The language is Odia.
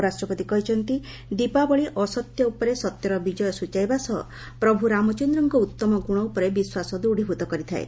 ଉପରାଷ୍ଟ୍ରପତି କହିଛନ୍ତି ଦୀପାବଳି ଅସତ୍ୟ ଉପରେ ସତ୍ୟର ବିଜୟ ସ୍ୱଚାଇବା ସହ ପ୍ରଭୁ ରାମଚନ୍ଦ୍ରଙ୍କ ଉତ୍ତମ ଗୁଣ ଉପରେ ବିଶ୍ୱାସ ଦୂତ୍ୱୀଭୂତ କରିଥାଏ